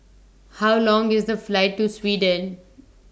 How Long IS The Flight to Sweden